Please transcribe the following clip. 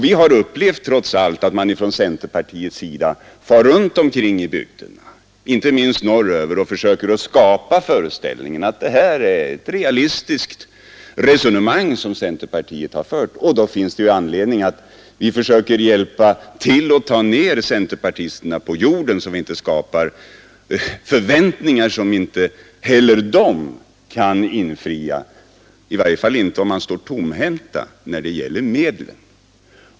Vi har upplevt hur centerpartister far runt i bygderna, inte minst norröver, och försöker skapa föreställningen att det är ett realistiskt resonemang som centerpartiet här för. Därför finns det anledning för oss att försöka hjälpa till att ta ned centerpartisterna på jorden, så att de inte skapar förväntningar som inte heller de kan infria, eftersom de står tomhänta när det gäller medlen.